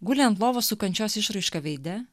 guli ant lovos su kančios išraiška veide